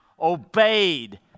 obeyed